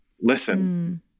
Listen